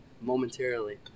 momentarily